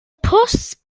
pws